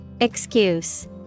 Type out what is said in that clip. Excuse